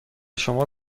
شما